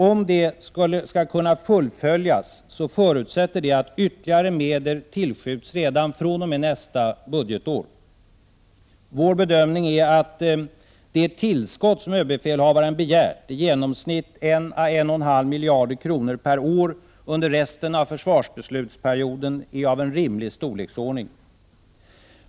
Om det skall kunna fullföljas förutsätter det att ytterligare medel tillskjuts redan fr.o.m. nästa budgetår. Vår bedömning är att det tillskott som ÖB begärt, i genomsnitt 1 å 1,5 miljarder kronor per år under resten av försvarsbeslutsperioden, är av en rimlig storleksordning.